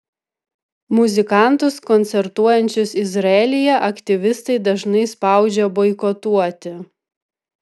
muzikantus koncertuojančius izraelyje aktyvistai dažnai spaudžia boikotuoti